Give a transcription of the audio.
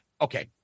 okay